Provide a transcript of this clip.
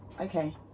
okay